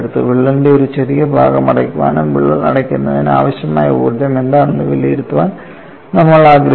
വിള്ളലിന്റെ ഒരു ചെറിയ ഭാഗം അടയ്ക്കാനും വിള്ളൽ അടയ്ക്കുന്നതിന് ആവശ്യമായ ഊർജ്ജം എന്താണെന്നും വിലയിരുത്താൻ നമ്മൾ ആഗ്രഹിച്ചു